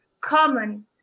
common